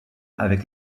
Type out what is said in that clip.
avec